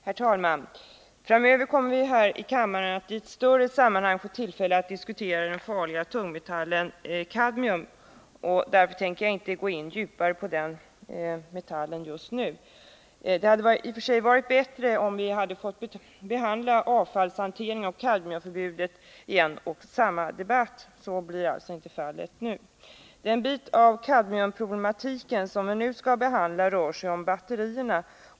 Herr talman! Framöver kommer vi här i kammaren att i ett större sammanhang få tillfälle att diskutera den farliga tungmetallen kadmium, och jag tänker därför inte gå in djupare på den frågan just nu. Det hade i och för sig varit bättre om vi hade fått behandla avfallshanteringen och kadmiumförbudet i en och samma debatt. Så blir alltså inte fallet. Den bit av kadmiumproblematiken som vi nu skall behandla rör batterierna.